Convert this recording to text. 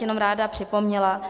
Jenom bych ráda připomněla,